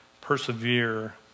persevere